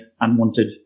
unwanted